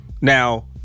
Now